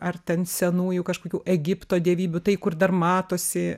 ar ten senųjų kažkokių egipto dievybių tai kur dar matosi